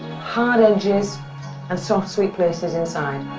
hard edges and soft sweet places inside.